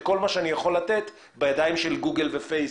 כל מה שאני יכול לתת בידיים של גוגל ופייסבוק.